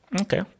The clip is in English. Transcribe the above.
Okay